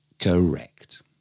correct